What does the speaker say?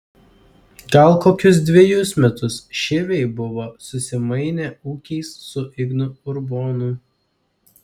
gal kokius dvejus metus širviai buvo susimainę ūkiais su ignu urbonu